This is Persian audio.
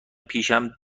پیشم